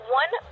one